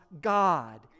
God